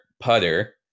putter